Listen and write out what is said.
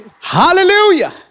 hallelujah